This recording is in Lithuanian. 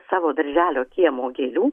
savo darželio kiemo gėlių